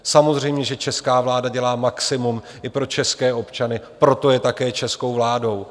Samozřejmě, že česká vláda dělá maximum i pro české občany, proto je také českou vládou.